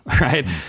right